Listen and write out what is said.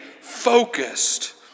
focused